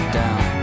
down